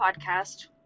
podcast